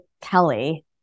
Kelly